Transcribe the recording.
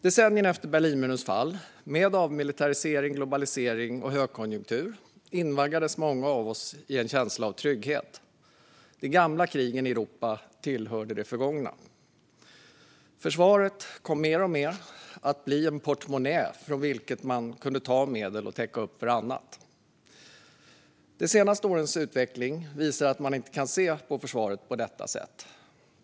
Decennierna efter Berlinmurens fall, med avmilitarisering, globalisering och högkonjunktur, invaggades många av oss i en känsla av trygghet. De gamla krigen i Europa tillhörde det förgångna. Försvaret kom mer och mer att bli en portmonnä från vilken man kunde ta medel och täcka upp för annat. De senaste årens utveckling visar att man inte kan se på försvaret på detta sätt.